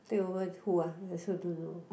take over who arh I also don't know